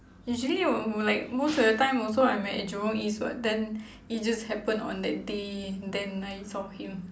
usually um like most of the time also I'm at at jurong east [what] then it just happen on that day then I saw him